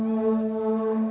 no